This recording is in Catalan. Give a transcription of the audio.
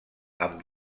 amb